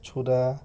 ଛୁରା